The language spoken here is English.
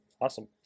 awesome